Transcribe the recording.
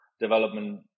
development